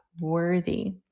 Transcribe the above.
worthy